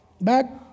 Back